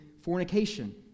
fornication